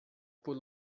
por